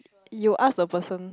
you ask the person